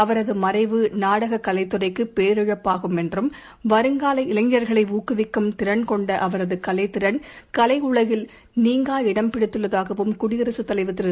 அவரதுமறைவு நாடகக் கலைத் துறைக்குப் பேரிழப்பாகும் என்றும் வருங்கால இளைஞர்களைஊக்குவிக்கும் திறன் கொண்டஅவரதுகலைத் திறள் கலைஉலகில் நீங்கா இடம் பிடித்துள்ளதாகவும் குடியரசுத் தலைவர் திரு